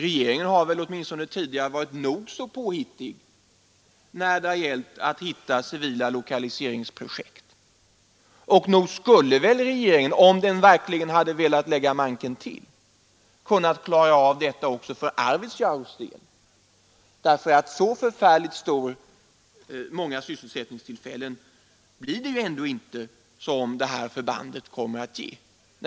Regeringen har åtminstone tidigare varit nog så påhittig när det gällt att hitta civila lokaliseringsprojekt. Och nog skulle väl regeringen, om den verkligen hade velat lägga manken till, kunnat klara av detta också för Arvidsjaurs del! Så förfärligt många sysselsättningstillfällen blir det ändå inte som det här förbandet kommer att ge.